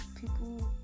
people